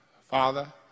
Father